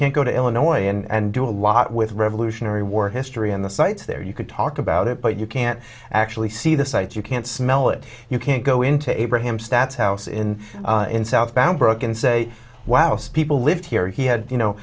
can't go to illinois and do a lot with revolutionary war history on the sites there you could talk about it but you can't actually see the site you can't smell it you can't go into abraham stats house in in south bound brook and say wow so people lived here he had you know